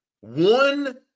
One